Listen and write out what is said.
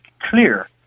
clear